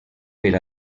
per